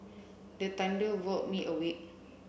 the thunder walk me awake